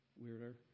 weirder